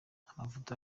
amafoto